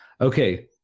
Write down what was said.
Okay